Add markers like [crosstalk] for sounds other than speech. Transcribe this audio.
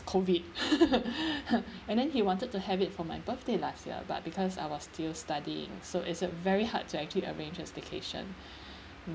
COVID [laughs] [breath] and then he wanted to have it for my birthday last year but because I was still studying so it's a very hard to actually arrange this vacation [breath]